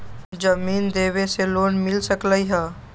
जमीन देवे से लोन मिल सकलइ ह?